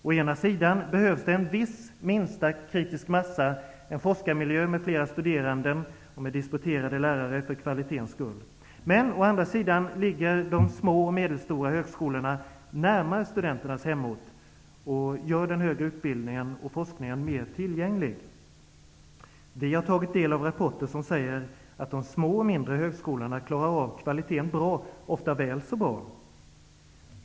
Å ena sidan behövs det en viss minsta ''kritisk massa'', en forskarmiljö med flera studerande och med disputerade lärare för kvalitetens skull. Å andra sidan ligger de små och medelstora högskolorna närmare studenternas hemort och gör den högre utbildningen och forskningen mer tillgänglig. Vi har tagit del av rapporter som säger att de små och mindre högskolorna ofta klarar av kvaliteten väl så bra.